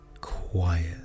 quiet